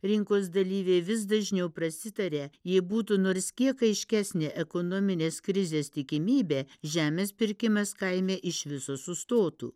rinkos dalyviai vis dažniau prasitaria jei būtų nors kiek aiškesnė ekonominės krizės tikimybė žemės pirkimas kaime iš viso sustotų